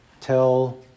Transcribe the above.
tell